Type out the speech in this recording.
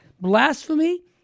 Blasphemy